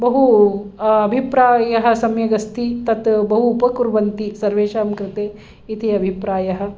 बहु अभिप्रायः सम्यगस्ति तत् बहु उपकुर्वन्ति सर्वेषां कृते इति अभिप्रायः